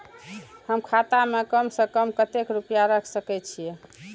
हम खाता में कम से कम कतेक रुपया रख सके छिए?